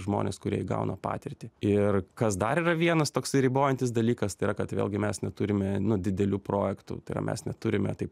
žmones kurie įgauna patirtį ir kas dar yra vienas toksai ribojantis dalykas tai yra kad vėlgi mes neturime nu didelių projektų tai yra mes neturime taip